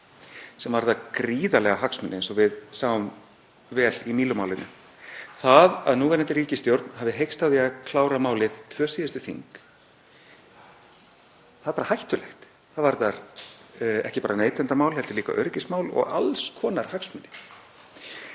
sem varðar gríðarlega hagsmuni eins og við sáum vel í Mílu-málinu. Það að núverandi ríkisstjórn hafi heykst á því að klára málið tvö síðustu þing, það er bara hættulegt. Það varðar ekki bara neytendamál heldur líka öryggismál og alls konar hagsmuni.